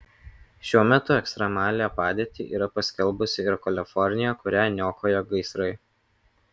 šiuo metu ekstremalią padėtį yra paskelbusi ir kalifornija kurią niokoja gaisrai